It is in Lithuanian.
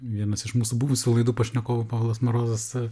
vienas iš mūsų buvusių laidų pašnekovų povilas marozas